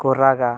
ᱠᱚ ᱨᱟᱜᱟ